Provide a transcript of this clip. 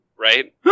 Right